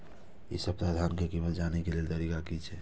इ सप्ताह धान के कीमत जाने के लेल तरीका की छे?